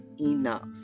enough